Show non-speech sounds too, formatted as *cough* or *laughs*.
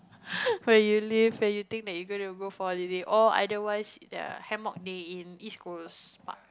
*laughs* where you live and you think that you gonna go for a living or otherwise the hammock there in East Coast Park